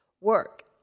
work